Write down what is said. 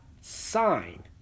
sign